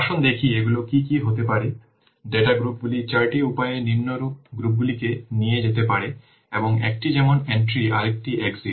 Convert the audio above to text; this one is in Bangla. আসুন দেখি এগুলো কি কি হতে পারে ডাটা গ্রুপগুলি চারটি উপায়ে নিম্নরূপ গ্রুপগুলোকে নিয়ে যেতে পারে এবং একটি যেমন এন্ট্রি আরেকটি হল এক্সিট